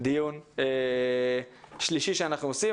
דיון שלישי שאנחנו עושים.